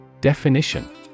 Definition